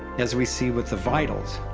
as we see with the vitals,